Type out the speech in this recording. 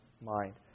mind